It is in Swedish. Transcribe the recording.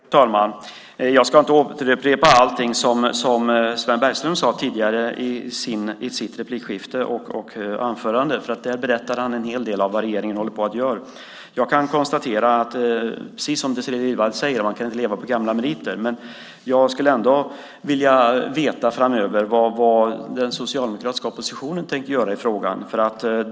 Fru talman! Jag ska inte återupprepa allt som Sven Bergström sade tidigare i sitt anförande och replikskifte. Där berättade han en hel del om vad regeringen håller på att göra. Jag kan, precis som Désirée Liljevall säger, konstatera att man inte kan leva på gamla meriter, men jag skulle ändå vilja veta vad den socialdemokratiska oppositionen tänker göra i frågan.